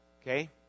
Okay